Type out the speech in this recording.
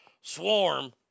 swarm